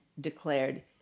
declared